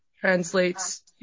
translates